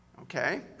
Okay